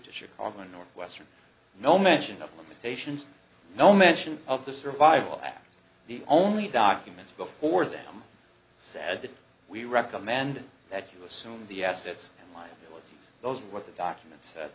to chicago in northwestern no mention of limitations no mention of the survival after the only documents before them said that we recommend that you assume the assets and liabilities those were the documents that